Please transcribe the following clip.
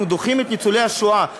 אנחנו דוחים את ניצולי השואה.